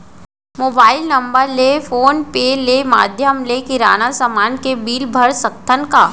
Mobile number ले phone पे ले माधयम ले किराना समान के बिल भर सकथव का?